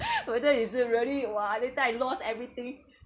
whether is it really !wah! later I lost everything